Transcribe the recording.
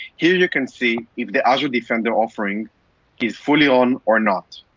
here, you can see if the azure defender offering is fully on or not,